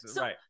right